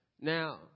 Now